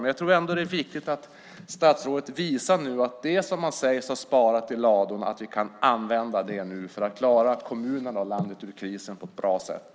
Men det är ändå viktigt att statsrådet visar att det som sägs har sparats i ladorna används nu för att klarar kommunerna och landet ur krisen på ett bra sätt.